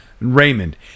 Raymond